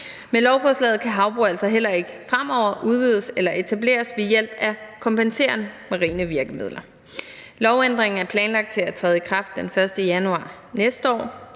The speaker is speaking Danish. Med lovforslaget kan havbrug altså heller ikke fremover udvides eller etableres ved hjælp af kompenserende marine virkemidler. Lovændringen er planlagt til at træde i kraft den 1. januar næste år.